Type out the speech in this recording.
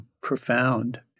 profound